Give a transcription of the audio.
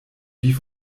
wie